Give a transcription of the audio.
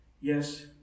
Yes